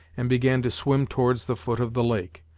and began to swim towards the foot of the lake.